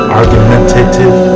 argumentative